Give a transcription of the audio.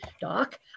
doc